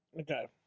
Okay